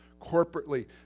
Corporately